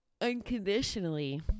unconditionally